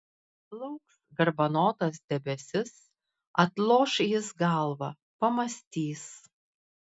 plauks garbanotas debesis atloš jis galvą pamąstys